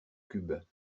cubes